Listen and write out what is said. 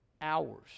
hours